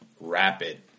rapid